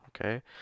Okay